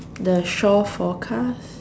the share forecast